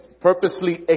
purposely